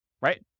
Right